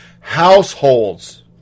households